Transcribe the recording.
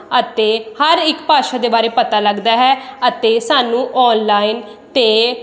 ਅਤੇ ਹਰ ਇੱਕ ਭਾਸ਼ਾ ਦੇ ਬਾਰੇ ਪਤਾ ਲੱਗਦਾ ਹੈ ਅਤੇ ਸਾਨੂੰ ਔਨਲਾਈਨ 'ਤੇ